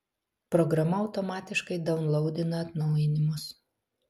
programa automatiškai daunlaudina atnaujinimus